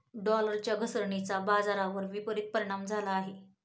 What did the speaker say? डॉलरच्या घसरणीचा बाजारावर विपरीत परिणाम झाला आहे